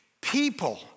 people